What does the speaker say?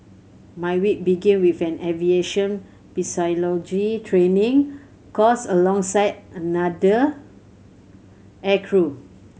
my week began with an aviation physiology training course alongside another aircrew